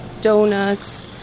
donuts